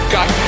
God